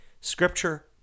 Scripture